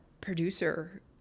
producer